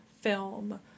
film